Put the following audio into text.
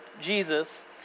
Jesus